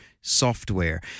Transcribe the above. software